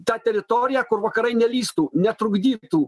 tą teritoriją kur vakarai nelįstų netrukdytų